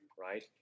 right